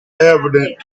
evident